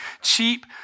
cheap